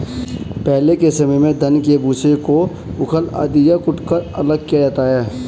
पहले के समय में धान के भूसे को ऊखल आदि में कूटकर अलग किया जाता था